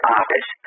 office